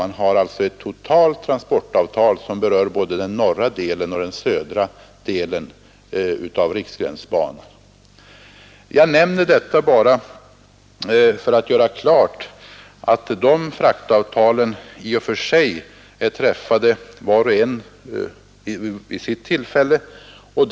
Man har alltså ett totalt transportavtal som berör både den norra delen och den södra delen av Riksgränsbanan. Jag nämner detta för att klargöra att fraktavtalen i och för sig är träffade vart och ett vid sitt särskilda tillfälle.